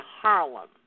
Harlem